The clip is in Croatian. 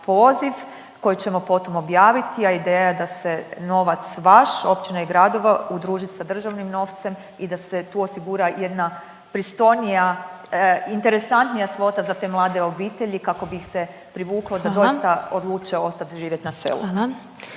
koji ćemo potom objaviti, a ideja je da se novac vaš općina i gradova udruži sa državnim novcem i da se tu osigura jedna pristojnija, interesantnija svota za te mlade obitelji kako bi ih se privuko da doista odluče ostati živjeti na selu.